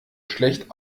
schlecht